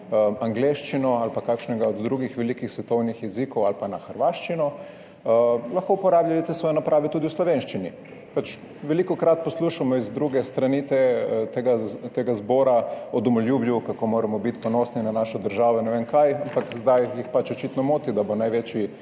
na angleščino ali pa kakšnega od drugih velikih svetovnih jezikov ali pa na hrvaščino, lahko uporabljali te svoje naprave tudi v slovenščini. Velikokrat poslušamo z druge strani tega zbora o domoljubju, kako moramo biti ponosni na svojo državo in ne vem kaj, ampak zdaj jih pač očitno moti, da bo eden največjih